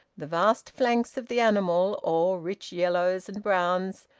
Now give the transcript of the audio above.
the vast flanks of the animal, all rich yellows and browns,